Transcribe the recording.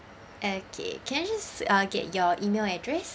okay can I just uh get your email address